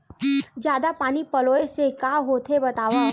जादा पानी पलोय से का होथे बतावव?